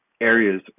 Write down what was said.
areas